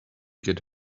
get